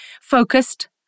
focused